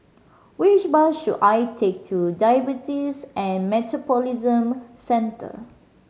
which bus should I take to Diabetes and Metabolism Centre